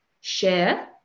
share